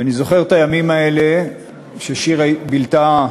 ואני זוכר את הימים האלה ששיר בילתה,